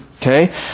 okay